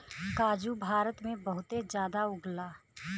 काजू भारत में बहुते जादा उगला